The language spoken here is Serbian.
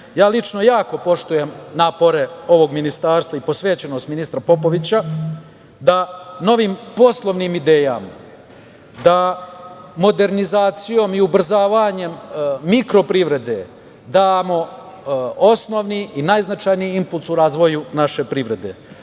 periodu. Lično jako poštujem napore ovog ministarstva i posvećenost ministra Popovića da novim poslovnim idejama, da modernizacijom i ubrzavanjem mikro privrede, damo osnovni i najznačajniji impuls u razvoju naše privrede. Sandžak